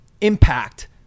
impact